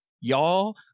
y'all